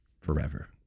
forever